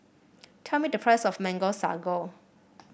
tell me the price of Mango Sago